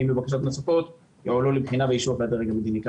ואם יהיו בקשות נוספות הן יועלו לבחינה ולאישור הדרג המדיני.